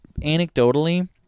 anecdotally